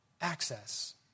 access